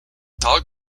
dog